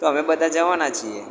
અમે બધાં જવાના છીએ